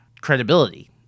credibility